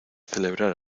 celebrar